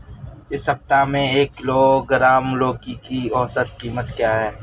इस सप्ताह में एक किलोग्राम लौकी की औसत कीमत क्या है?